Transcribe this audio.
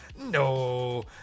No